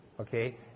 Okay